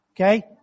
okay